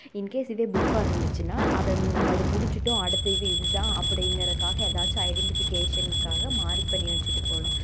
இன் case இதே புக்காக இருந்துச்சுன்னால் அதை நம்ம இதை முடித்துட்டோம் அடுத்த இது இதுதான் அப்படிங்கிறக்காக ஏதாச்சும் ஐடென்ட்டிஃபிகேஷனுக்காக மார்க் பண்ணி வச்சுட்டு போகலாம்